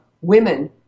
women